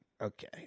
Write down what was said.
okay